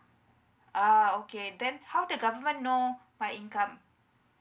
ah okay then how the government know my income